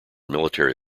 military